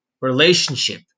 relationship